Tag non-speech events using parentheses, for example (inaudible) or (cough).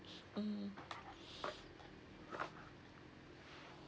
(noise) mmhmm (noise)